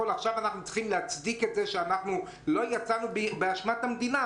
ועכשיו הם צריכים להצדיק את זה שלא יצאו באשמת המדינה.